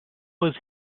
was